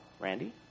Randy